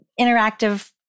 interactive